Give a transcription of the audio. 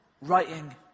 writing